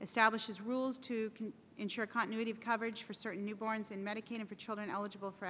establishes rules two can ensure continuity of coverage for certain newborns and medicaid for children eligible for